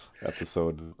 episode